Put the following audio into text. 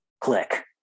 Click